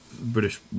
British